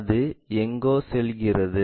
அது எங்கோ செல்கிறது